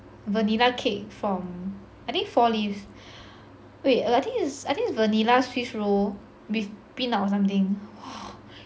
vanilla cake from I think four leaves wait I think is I think is vanilla swiss roll with peanut or something !wah!